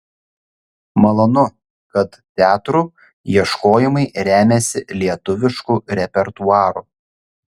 malonu kad teatrų ieškojimai remiasi lietuvišku repertuaru